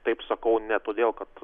taip sakau ne todėl kad